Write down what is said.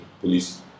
police